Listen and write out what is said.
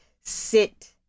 sit